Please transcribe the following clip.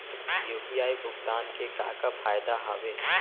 UPI भुगतान के का का फायदा हावे?